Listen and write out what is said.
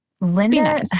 Linda